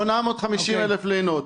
850,000 לינות.